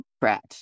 brat